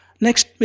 Next